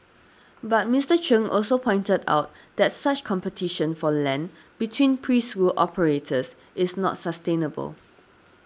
but Mister Chung also pointed out that such competition for land between preschool operators is not sustainable